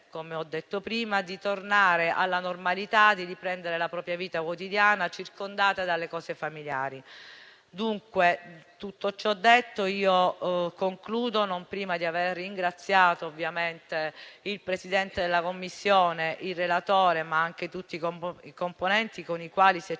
come ho detto prima - di tornare alla normalità e di riprendere la propria vita quotidiana circondata dalle cose familiari. Tutto ciò detto, concludo, non prima di aver ringraziato ovviamente il Presidente della Commissione, il relatore e tutti i componenti, con i quali si è cercato